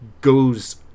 goes